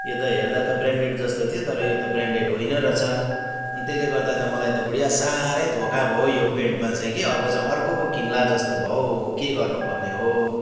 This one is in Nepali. यो त हेर्दा त ब्रान्डेड जस्तो थियो तर यो त ब्रान्डेड होइन रहेछ अनि त्यसले गर्दा त मलाई त बुढिया साह्रै धोका भो हौ यो पेन्टमा चाहिँ कि अब चाहिँ अर्को पो किन्ला जस्तो भ हौ के गर्नु पर्ने हो